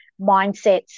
mindsets